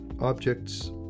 objects